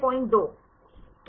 02 क